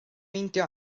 meindio